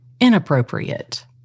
inappropriate